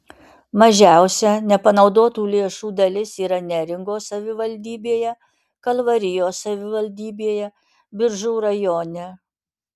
mažiausia nepanaudotų lėšų dalis yra neringos savivaldybėje kalvarijos savivaldybėje biržų rajone